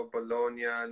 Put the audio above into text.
Bologna